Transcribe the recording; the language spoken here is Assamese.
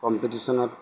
কম্পিটিশ্যনত